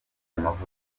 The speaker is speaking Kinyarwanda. amavuta